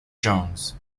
jones